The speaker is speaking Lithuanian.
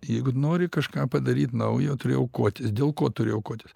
jeigu nori kažką padaryt naujo turi aukotis dėl ko turi aukotis